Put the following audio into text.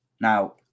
Now